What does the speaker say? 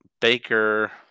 Baker